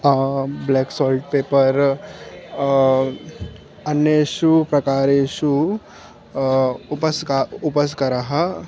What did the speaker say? block salt pepper अन्येषु प्रकारेषु उपस्का उपस्करः